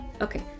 Okay